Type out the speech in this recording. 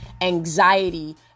anxiety